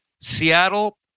Seattle